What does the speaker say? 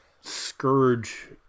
scourge